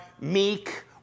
meek